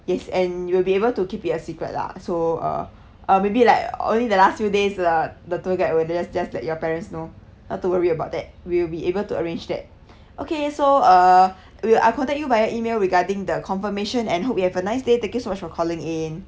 yes and you will be able to keep it a secret lah so uh uh maybe like only the last few days uh the tour guide will just just let your parents know not to worry about that we'll be able to arrange that okay so uh we~ I will contact you via email regarding the confirmation and hope you have a nice day thank you so much for calling in